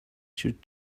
should